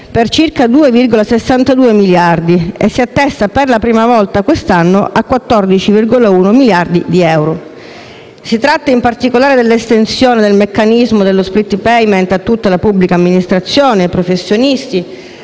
per circa 2,62 miliardi, attestandosi per la prima volta a 14,1 miliardi di euro. Si tratta, in particolare, dell'estensione del meccanismo dello *split payment* a tutta la pubblica amministrazione, ai professionisti,